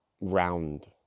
round